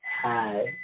hi